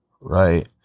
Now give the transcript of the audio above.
right